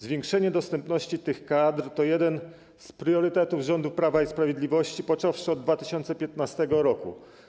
Zwiększenie dostępności tych kadr to jeden z priorytetów rządu Prawa i Sprawiedliwości, począwszy od 2015 r.